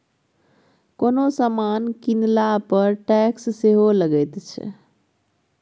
कोनो समान कीनला पर टैक्स सेहो लगैत छै